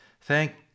Thank